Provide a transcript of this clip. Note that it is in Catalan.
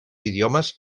idiomes